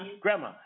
grandma